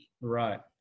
Right